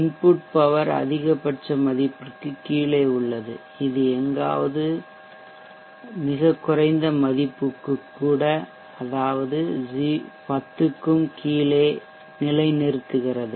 input power அதிகபட்ச மதிப்பிற்குக் கீழே உள்ளது இது எங்காவது மிகக் குறைந்த மதிப்புக்கு கூட அதாவது 10 க்கும் கீழே நிலைநிறுத்துகிறது